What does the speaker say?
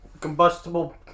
combustible